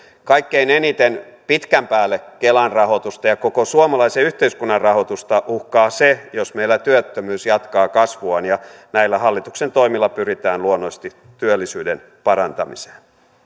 kaikkein eniten pitkän päälle kelan rahoitusta ja koko suomalaisen yhteiskunnan rahoitusta uhkaa se jos meillä työttömyys jatkaa kasvuaan näillä hallituksen toimilla pyritään luonnollisesti työllisyyden parantamiseen